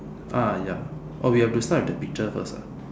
ah ya oh we have to start with the picture first ah